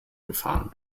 gefahren